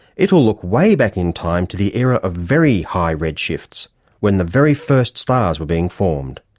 it will look way back in time to the era of very high red shifts when the very first stars were being formed.